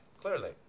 clearly